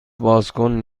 بازکن